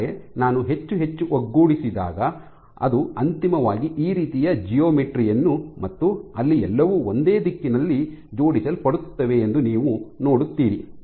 ಆದರೆ ನಾನು ಹೆಚ್ಚು ಹೆಚ್ಚು ಒಗ್ಗೂಡಿಸಿದಾಗ ಅವರು ಅಂತಿಮವಾಗಿ ಈ ರೀತಿಯ ಜೆಯೊಮೆಟ್ರಿ ಯನ್ನು ಮತ್ತು ಅಲ್ಲಿ ಎಲ್ಲವೂ ಒಂದೇ ದಿಕ್ಕಿನಲ್ಲಿ ಜೋಡಿಸಲ್ಪಡುತ್ತವೆ ಎಂದು ನೀವು ನೋಡುತ್ತೀರಿ